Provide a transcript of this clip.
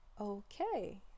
okay